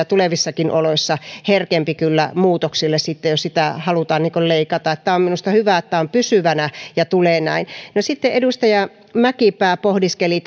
tulevissakin oloissa herkempi muutoksille sitten jos sitä halutaan leikata niin että tämä on minusta hyvä että tämä on pysyvänä ja tulee näin no sitten edustaja mäkipää pohdiskeli